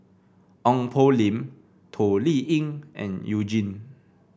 Ong Poh Lim Toh Liying and You Jin